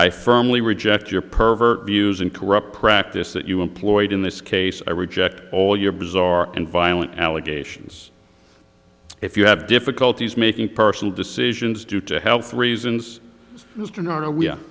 i firmly reject your pervert views and corrupt practice that you employed in this case i reject all your bizarre and violent allegations if you have difficulties making personal decisions due to health reasons